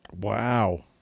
wow